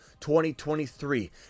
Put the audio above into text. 2023